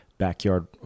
backyard